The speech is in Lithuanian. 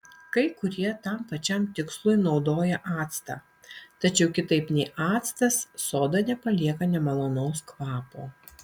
kai kurie tam pačiam tikslui naudoja actą tačiau kitaip nei actas soda nepalieka nemalonaus kvapo